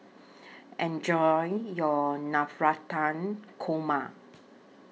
Enjoy your Navratan Korma